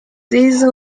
these